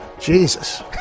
Jesus